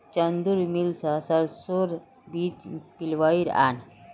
चंदूर मिल स सरसोर बीज पिसवइ आन